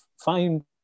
find